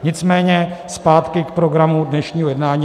Nicméně zpátky k programu dnešního jednání.